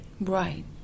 Right